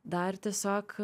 dar tiesiog